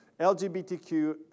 LGBTQ